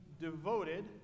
devoted